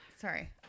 sorry